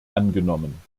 angenommen